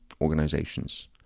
organizations